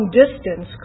distance